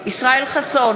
ישראל חסון,